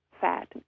fat